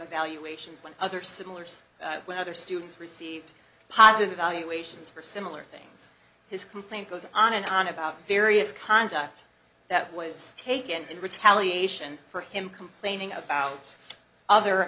evaluations when other similar so when other students received positive evaluations for similar things his complaint goes on and on about various conduct that was taken in retaliation for him complaining about other